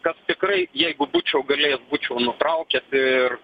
kas tikrai jeigu būčiau galėjęs būčiau nutraukęs ir